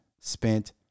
spent